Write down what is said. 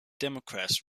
democrats